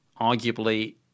arguably